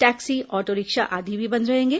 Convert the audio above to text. taxi auto rickshaw आदि भी बंद रहेंगे